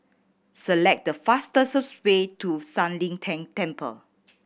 select the fastest way to San Lian Deng Temple